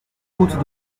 route